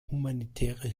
humanitäre